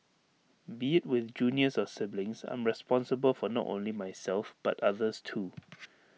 be IT with juniors or siblings I'm responsible for not only myself but others too